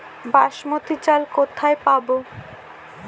বাসমতী চাল কোথায় পাবো?